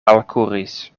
alkuris